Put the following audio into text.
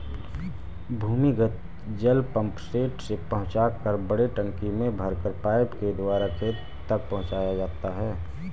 भूमिगत जल पम्पसेट से पहुँचाकर बड़े टंकी में भरकर पाइप के द्वारा खेत तक पहुँचाया जाता है